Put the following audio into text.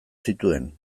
zituen